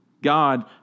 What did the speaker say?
God